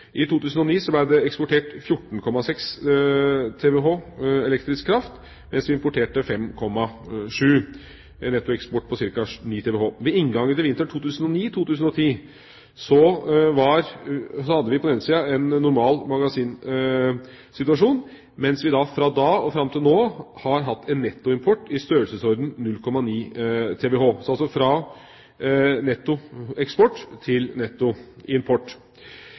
I 2009 ble det eksportert 14,6 TWh elektrisk kraft, mens vi importerte 5,7 TWh. Dette ga en nettoeksport på ca. 9 TWh. Ved inngangen til vinteren 2009–2010 var magasinsituasjonen om lag normal, mens vi fra da og fram til nå har hatt en nettoimport i størrelsesorden 0,9 TWh – altså fra nettoeksport til nettoimport.